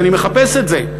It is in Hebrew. אני מחפש את זה.